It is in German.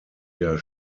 der